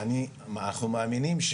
ואנחנו מאמינים,